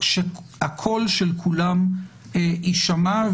שהקול של כולם יישמע,